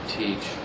teach